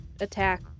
attack